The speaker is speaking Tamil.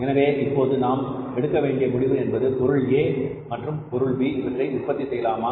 எனவே இப்போது நாம் எடுக்க வேண்டிய முடிவு என்பது பொருள் A மற்றும் பொருள் B இவற்றை உற்பத்தி செய்யலாமா